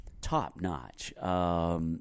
top-notch